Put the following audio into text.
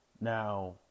Now